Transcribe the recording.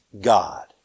God